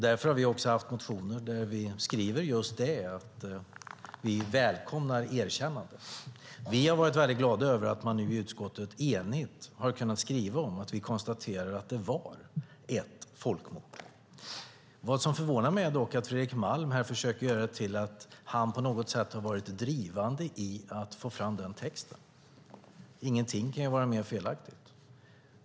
Därför har vi också väckt motioner om att vi välkomnar erkännandet. Vi har varit glada över att utskottet enigt har skrivit att man konstaterar att det var ett folkmord. Vad som förvånar mig är att Fredrik Malm försöker framstå som att det är han som har varit drivande i att få fram den texten. Ingenting kan vara mer felaktigt.